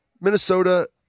Minnesota